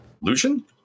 Lucian